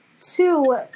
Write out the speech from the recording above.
Two